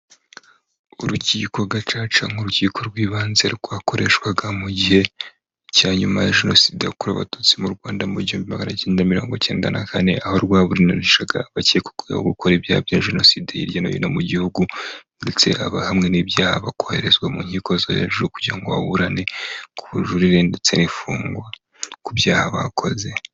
Urukiko gacaca nk'urukiko rw'ibanze rwakoreshwaga mu gihe cya nyuma ya jenoside yakorewe abatutsi mu Rwanda, mu gihumbi magana icyenda mirongo icyenda na kane, aho rwaburanishaga abakekwaho gukora ibyaha bya jenoside hirya no hino mu gihugu ndetse abahamwe n'ibyaha bakoherezwa mu nkiko zo hejuru kugira ngo baburane ku bujurire ndetse n'ifungwa ku byaha bakoze.